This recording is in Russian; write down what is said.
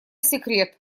секрет